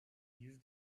use